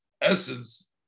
essence